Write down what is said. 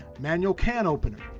manual can opener,